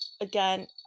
again